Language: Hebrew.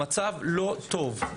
המצב לא טוב.